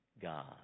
God